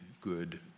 good